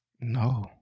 No